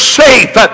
safe